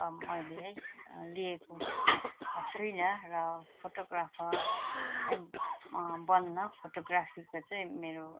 मैले है लिएको छुइनँ र फोटोग्राफर है बन्न फोटोग्राफीको चाहिँ मेरो